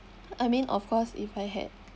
I mean of course if I had